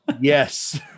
Yes